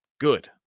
good